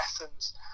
lessons